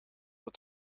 het